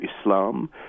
Islam